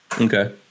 Okay